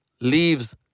leaves